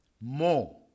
more